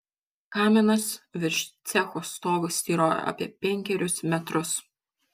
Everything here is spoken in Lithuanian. kaminas virš cecho stogo styrojo apie penkerius metrus